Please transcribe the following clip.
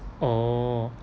oh